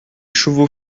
chevaux